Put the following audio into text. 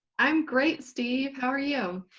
i'm great steve, how are you?